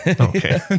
okay